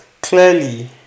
clearly